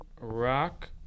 Rock